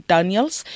Daniels